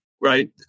right